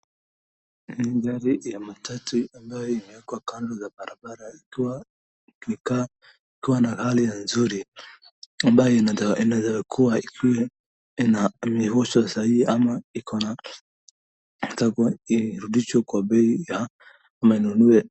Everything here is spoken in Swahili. Hii ni gari ya matatu, ambayo imewekwa kando za barabara, ikiwa ni kama ikiwa na hali ya nzuri, ambayo inaweza kuwa ikiwa imeuzwa sahii, ama iko na inatakwa irudishwe kwa bei ya ama inunue.